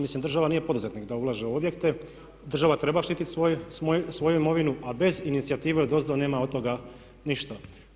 Mislim država nije poduzetnik da ulaže u objekte, država treba štititi svoju imovinu a bez inicijative odozdo nema od toga ništa.